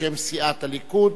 בשם סיעת הליכוד,